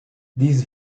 this